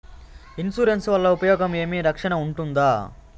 Insurance వల్ల ఉపయోగం ఏమి? రక్షణ ఉంటుందా?